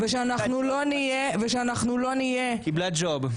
קיבלה ג'וב.